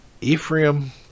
Ephraim